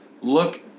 look